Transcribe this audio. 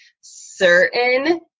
certain